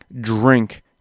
drink